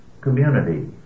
community